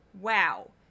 wow